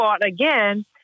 again